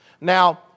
Now